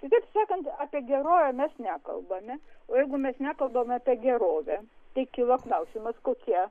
kitaip sakant apie gerovę mes nekalbame o jeigu mes nekalbam apie gerovę tai kyla klausimas kokie